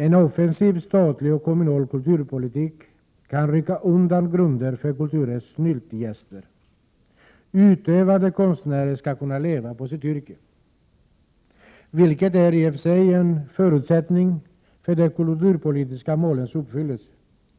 En offensiv statlig och kommunal kulturpolitik kan rycka undan grunden för kulturens snyltgäster. Utövande konstnärer skall kunna leva på sitt yrke. Detta är en förutsättning för de kulturpolitiska målens uppfyllande,